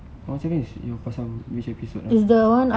once again you pasang your earpiece what ah